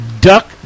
duck